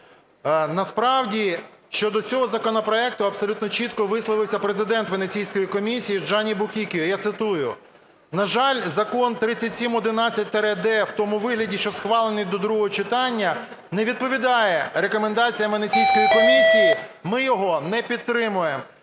Насправді щодо цього законопроекту абсолютно чітко висловився президент Венеційської комісії Джанні Букіккіо, я цитую: "На жаль, Закон 3711-д в тому вигляді, що схвалений до другого читання, не відповідає рекомендаціям Венеційської комісії. Ми його не підтримуємо".